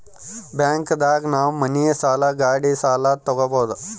bank ದಾಗ ನಾವ್ ಮನಿ ಸಾಲ ಗಾಡಿ ಸಾಲ ತಗೊಬೋದು